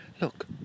look